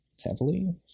Heavily